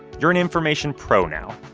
you're an information pro now.